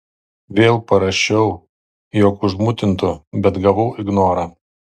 vėl parašiau jog užmutintu bet gavau ignorą